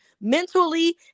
mentally